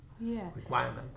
requirement